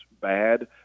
bad